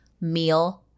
meal